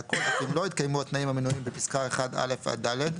והכול אף אם לא התקיימו התנאים המנויים בפסקה (1)(א) עד (ד),